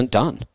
done